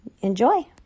Enjoy